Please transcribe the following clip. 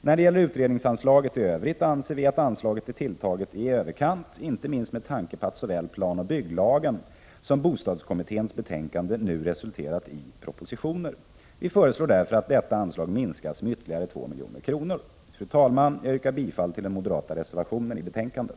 När det gäller utredningsanslaget i övrigt anser vi att anslaget är tilltaget i överkant, inte minst med tanke på att såväl planoch bygglagen som bostadskommitténs betänkande nu resulterat i propositioner. Vi föreslår därför att detta anslag minskas med ytterligare 2 milj.kr. Fru talman! Jag yrkar bifall till den moderata reservationen i betänkandet.